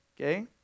Okay